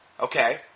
okay